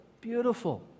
Beautiful